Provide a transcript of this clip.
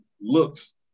looks